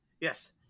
yes